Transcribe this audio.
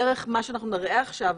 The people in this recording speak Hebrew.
דרך מה שאנחנו נראה עכשיו,